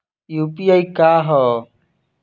UPI का ह?